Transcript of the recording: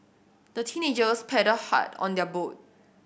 the teenagers paddled hard on their boat